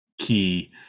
key